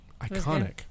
Iconic